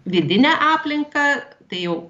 vidinę aplinką tai jau